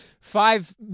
Five